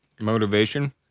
Motivation